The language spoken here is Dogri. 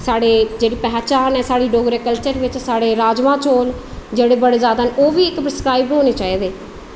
साढ़ी जेह्ड़ी पहचान ऐ साढ़े डोगरा कल्चर बिच साढ़े राजमां चौल जेह्ड़े बड़े जादा न ओह्बी स्काईब होने चाहिदे न